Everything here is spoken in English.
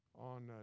on